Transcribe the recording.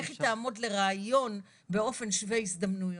איך היא תעמוד לראיון באופן שווה הזדמנויות?